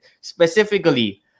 Specifically